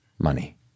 money